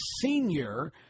Senior